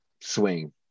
swing